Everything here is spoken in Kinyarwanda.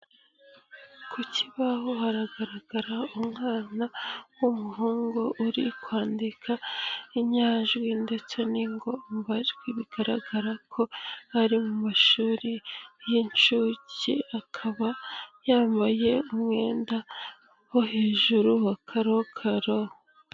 Ku kibaho haragaragara umwana w'umuhungu uri kwandika inyajwi ndetse n'ingombajwi bigaragara ko ari mu mashuri y'inshuke akaba yambaye umwenda wo hejuru wa karokaro.